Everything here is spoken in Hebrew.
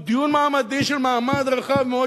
הוא דיון מעמדי של מעמד רחב מאוד,